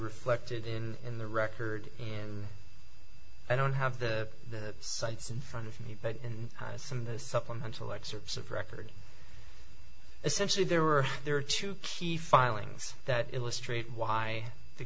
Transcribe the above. reflected in the record in i don't have the cites in front of me but in some of the supplemental excerpts of record essentially there were there are two key filings that illustrate why the